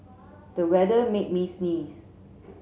the weather made me sneeze